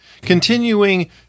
Continuing